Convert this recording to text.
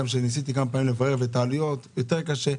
כאשר ניסיתי כמה פעמים לברר את העלויות לא הצלחתי.